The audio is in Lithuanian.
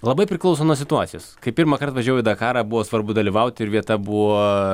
labai priklauso nuo situacijos kai pirmąkart važiavau į dakarą buvo svarbu dalyvauti ir vieta buvo